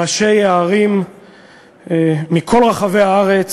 ראשי הערים מכל רחבי הארץ,